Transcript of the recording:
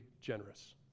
generous